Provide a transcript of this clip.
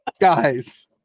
Guys